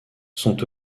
sont